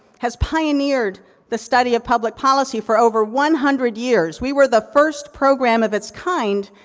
has pioneered the study of public policy for over one hundred years. we were the first program of its kind,